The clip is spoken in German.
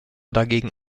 dagegen